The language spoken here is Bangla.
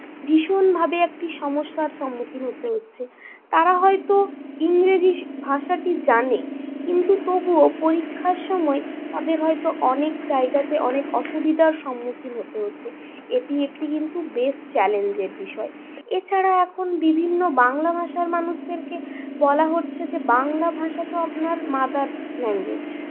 ভীষণভাবে একটি সমস্যার সম্মুখিন হতে হচ্ছে তারা হয়তো ইংরেজি ভাষাটি জানে কিন্তু তবুও পরীক্ষার সময় তাদের হয়তো অনেক জায়গাতে অনেক অসুবিধার সম্মুখিন হতে হচ্ছে এটি একটি কিন্তু বেশ চ্যালেঞ্জের বিষয় এছাড়া এখন বিভিন্ন বাংলা ভাষার মানুষদেরকে বলা হচ্ছে যে বাংলা ভাষা তো আপনার মাদার ল্যাঙ্গুয়েজ